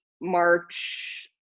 March